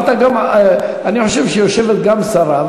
ואני חושב שיושבת גם השרה,